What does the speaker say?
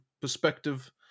perspective